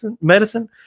medicine